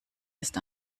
ist